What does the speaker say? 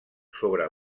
sobre